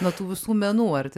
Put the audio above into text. nuo tų visų menų ar